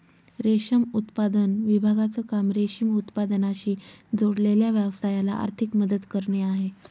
रेशम उत्पादन विभागाचं काम रेशीम उत्पादनाशी जोडलेल्या व्यवसायाला आर्थिक मदत करणे आहे